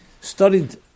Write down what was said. studied